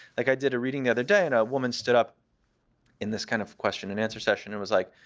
like, i did a reading the other day and a woman stood up in this kind of question and answer session and was like,